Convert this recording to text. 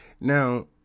Now